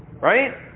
right